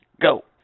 go